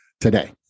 today